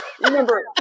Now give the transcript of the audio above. Remember